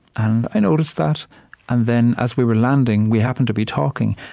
and i noticed that and then, as we were landing, we happened to be talking.